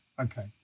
okay